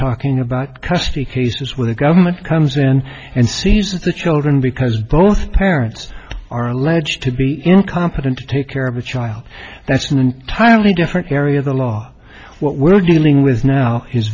talking about custody cases where the government comes in and sees the children because both parents are alleged to be incompetent to take care of a child that's an entirely different area of the law what we're dealing with now his